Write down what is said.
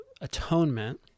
atonement